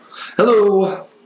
Hello